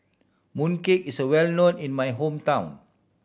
mooncake is well known in my hometown